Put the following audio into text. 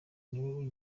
niwe